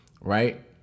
right